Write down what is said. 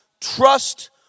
trust